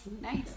Nice